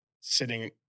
sitting